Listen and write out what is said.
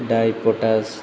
dry potash